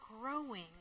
growing